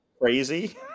Crazy